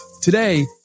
Today